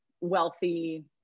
wealthy